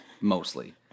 mostly